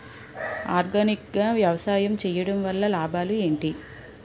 Organic గా వ్యవసాయం చేయడం వల్ల లాభాలు ఏంటి?